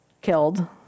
killed